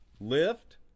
Lift